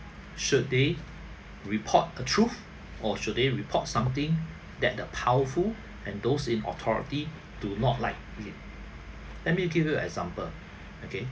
should they report the truth or should they report something that the powerful and those in authority do not like it let me give you an example okay